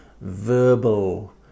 verbal